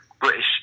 British